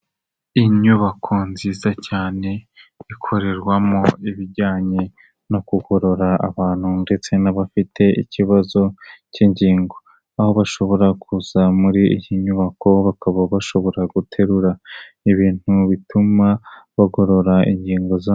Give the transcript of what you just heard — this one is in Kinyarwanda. Inyubako nziza cyane ikorerwamo ibijyanye no kugorora abantu ndetse n'abafite ikibazo cy'ingingo aho bashobora kuza muri iyi nyubako bakaba bashobora guterura ibintu bituma bagorora ingingo zabo.